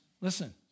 listen